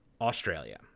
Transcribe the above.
Australia